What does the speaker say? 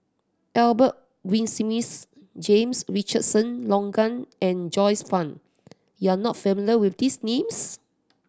Albert Winsemius James Richardson Logan and Joyce Fan you are not familiar with these names